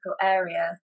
area